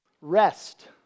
Rest